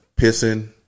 pissing